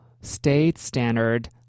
state-standard